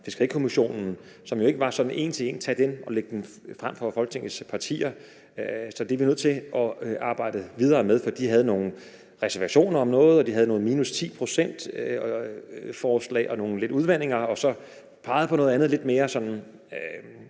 Fiskerikommissionen, som jo ikke var sådan til at tage en til en og lægge frem for Folketingets partier. Så det er vi nødt til at arbejde videre med, for de havde nogle reservationer om noget, og de havde et minus-10-procentsforslag og lidt nogle udvandinger og pegede på noget andet sådan